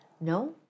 no